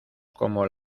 como